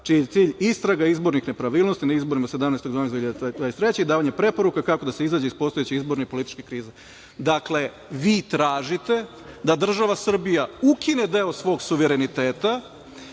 čiji je cilj istraga izbornih nepravilnosti na izborima 17.12.2023. godine i davanje preporuka kako da se izađe iz postojeće izborne i političke krize. Dakle, vi tražite da država Srbija ukine deo svog suvereniteta